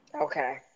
Okay